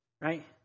right